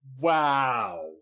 Wow